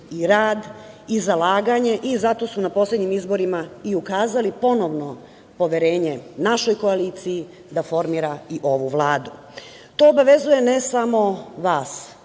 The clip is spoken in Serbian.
i rad i zalaganje i zato su na poslednjim izborima ukazali ponovno poverenje našoj koaliciji da formira i ovu Vladu. To obavezuje ne samo vas,